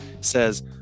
says